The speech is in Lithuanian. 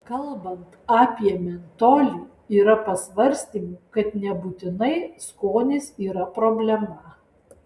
kalbant apie mentolį yra pasvarstymų kad nebūtinai skonis yra problema